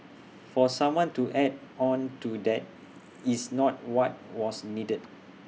for someone to add on to that is not what was needed